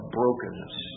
brokenness